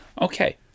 Okay